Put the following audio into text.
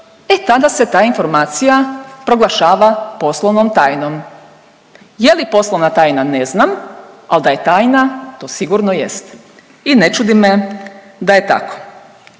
e tada se ta informacija proglašava poslovnom tajnom. Je li poslovna tajna ne znam, ali da je tajna to sigurno jest i ne čudi me da je tako.